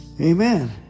Amen